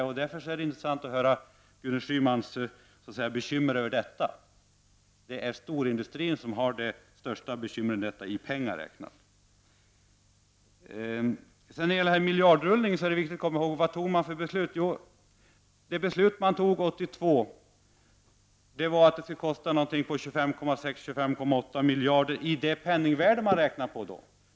Därför är det intressant att höra Gudrun Schymans bekymmer över detta förhållande. Det är storindustrin som har det största bekymret i pengar räknat. När man talar om miljardrullning är det viktigt att tänka på vilka beslut som fattades. Det beslut som fattades 1982 var att det skulle kosta kring 25,6 eller 25,8 miljarder i det penningvärde man räknade på vid det tillfället.